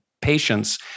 patients